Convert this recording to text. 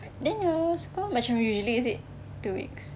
then your school macam usually is it two weeks